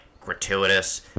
gratuitous